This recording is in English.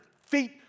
feet